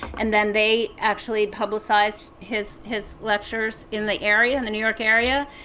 and then they actually publicized his his lectures in the area, in the new york area.